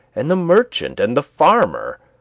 and the merchant, and the farmer.